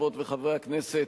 חברות וחברי הכנסת,